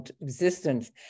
existence